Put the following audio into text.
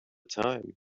time